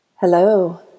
Hello